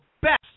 best